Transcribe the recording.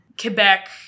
Quebec